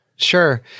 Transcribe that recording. Sure